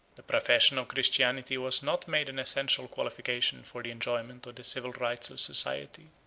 the profession of christianity was not made an essential qualification for the enjoyment of the civil rights of society,